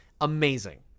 Amazing